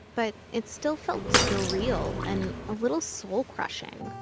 but it still felt surreal and a little soul crushing.